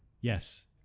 Yes